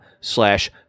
slash